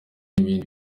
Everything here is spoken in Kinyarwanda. n’ibindi